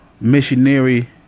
missionary